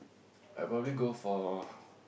I probably go for